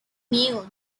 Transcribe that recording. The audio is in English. male